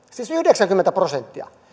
siis yhdeksänkymmentä prosenttia